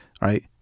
right